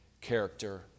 character